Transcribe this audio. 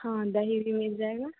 हाँ दही भी मिल जाएगा